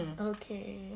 Okay